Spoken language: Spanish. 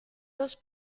dos